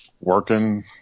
Working